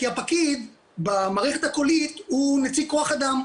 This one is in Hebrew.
כי הפקיד במערכת הקולית הוא נציג כח אדם,